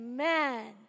Amen